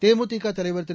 தேமுதிக தலைவர் திரு